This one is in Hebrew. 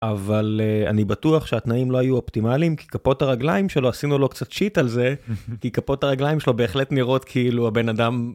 אבל אני בטוח שהתנאים לא היו אופטימליים, כי כפות הרגליים שלו, עשינו לו קצת שיט על זה, כי כפות הרגליים שלו בהחלט נראות כאילו הבן אדם...